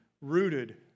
rooted